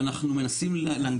ואנחנו מנסים להנגיש,